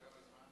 כמה זמן?